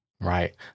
Right